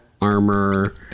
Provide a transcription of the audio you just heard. armor